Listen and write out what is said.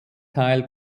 teil